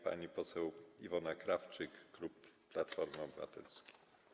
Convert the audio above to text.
Pani poseł Iwona Krawczyk, klub Platformy Obywatelskiej.